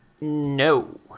No